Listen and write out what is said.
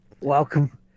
Welcome